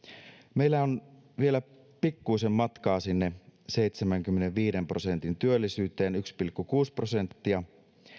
meillä on vielä pikkuisen matkaa sinne seitsemänkymmenenviiden prosentin työllisyyteen yksi pilkku kuusi prosenttia